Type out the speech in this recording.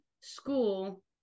school